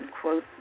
quote